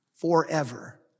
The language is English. forever